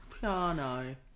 Piano